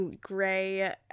Gray